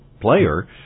player